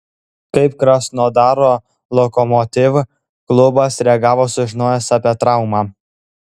kaip krasnodaro lokomotiv klubas reagavo sužinojęs apie traumą